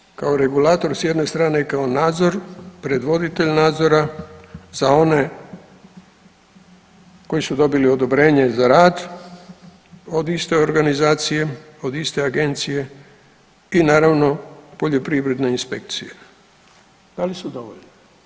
E sad HANFA kao regulator sa jedne strane i kao nadzor, predvoditelj nadzora za one koji su dobili odobrenje za rad od iste organizacije, od iste agencije i naravno poljoprivredne inspekcije da li su dovoljne?